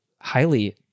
highly